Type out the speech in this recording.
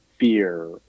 fear